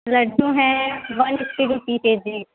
لڈو ہیں one fifty rupee کے جی